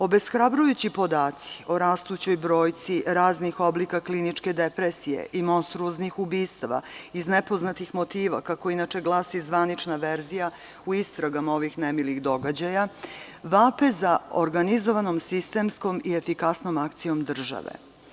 Obeshrabrujući podaci o rastućoj brojci raznih oblika kliničke depresije i monstruoznih ubistava iz nepoznatih motiva, kako inače glasi zvanična verzija u istragama ovih nemilih događaja, vape za organizovanom sistemskom i efikasnom akcijom države.